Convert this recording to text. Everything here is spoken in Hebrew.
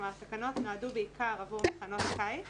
כלומר התקנות נועדו בעיקר עבור מחנות קיץ,